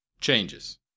changes